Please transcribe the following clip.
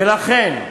ולכן,